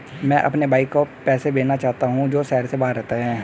मैं अपने भाई को पैसे भेजना चाहता हूँ जो शहर से बाहर रहता है